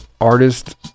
artist